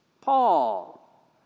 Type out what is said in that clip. Paul